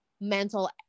mental